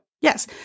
Yes